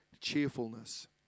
cheerfulness